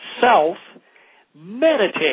Self-Meditate